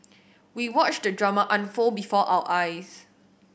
we watched the drama unfold before our eyes